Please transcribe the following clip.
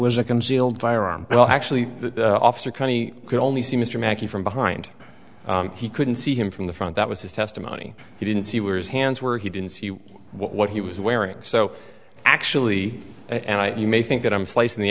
was a concealed firearm well actually the officer county could only see mr makki from behind he couldn't see him from the front that was his testimony he didn't see where his hands were he didn't see what he was wearing so actually and i you may think that i'm slicing the